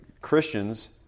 Christians